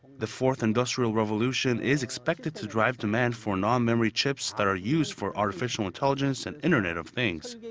the fourth industrial revolution is expected to drive demand for non-memory chips that are used for artificial and intellligence and internet of things.